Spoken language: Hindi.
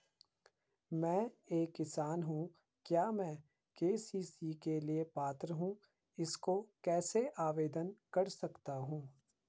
मैं एक किसान हूँ क्या मैं के.सी.सी के लिए पात्र हूँ इसको कैसे आवेदन कर सकता हूँ?